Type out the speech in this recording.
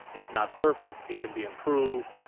it's not perfect. it can be improved.